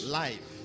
life